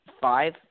five